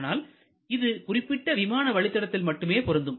ஆனால் இது குறிப்பிட்ட விமான வழித்தடத்தில் மட்டுமே பொருந்தும்